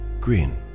green